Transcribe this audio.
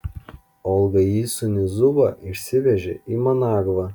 olga įsūnį zubą išsivežė į managvą